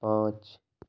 پانچ